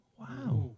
wow